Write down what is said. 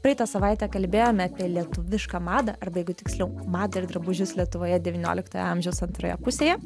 praeitą savaitę kalbėjome apie lietuvišką madą arba jeigu tiksliau madą ir drabužius lietuvoje devynioliktojo amžiaus antroje pusėje